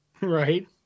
Right